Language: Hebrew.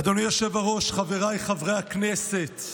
אדוני היושב-ראש, חבריי חברי הכנסת,